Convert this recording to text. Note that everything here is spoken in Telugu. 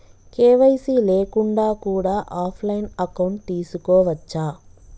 కే.వై.సీ లేకుండా కూడా ఆఫ్ లైన్ అకౌంట్ తీసుకోవచ్చా?